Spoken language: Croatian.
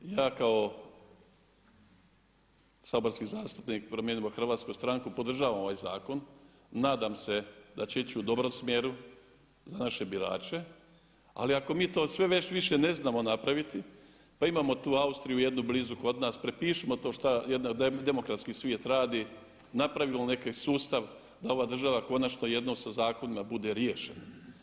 Ja kao saborski zastupnik Promijenimo Hrvatsku stranku podržavam ovaj zakon, nadam se da će ići u dobrom smjeru za naše birače, ali ako mi to sve već više ne znamo napraviti, pa imamo tu Austriju jednu blizu kod nas, prepišimo to šta demokratski svijet radi, napravimo neki sustav da ova država konačno jednom sa zakonima bude riješena.